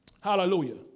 Hallelujah